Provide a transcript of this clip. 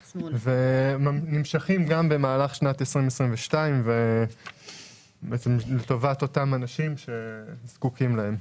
וממשיכים במהלך שנת 2022 לטובת אנשים שזקוקים להם.